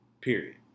Period